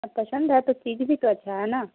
پسند ہے تو چیز بھی تو اچھا ہے نا